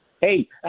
Hey